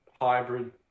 hybrid